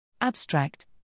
Abstract